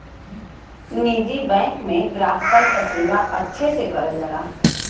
निजी बैंक में ग्राहकन क सेवा अच्छे से करल जाला